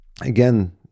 Again